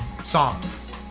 songs